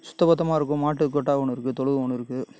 சுத்த பத்தமாக இருக்கும் மாட்டு கொட்டா ஒன்று இருக்கு தொழுவம் ஒன்று இருக்கு